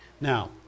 Now